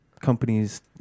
companies